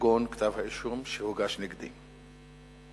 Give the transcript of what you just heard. כגון כתב-האישום שהוגש נגדי.